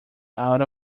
out